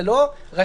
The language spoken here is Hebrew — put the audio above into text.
זה לא רשאית,